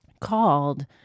called